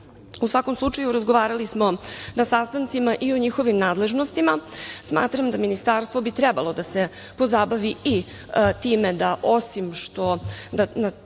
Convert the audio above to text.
svakom slučaju, razgovarali smo na sastancima i o njihovim nadležnostima. Smatram da bi ministarstvo trebalo da se pozabavi i time da osim što